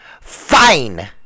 Fine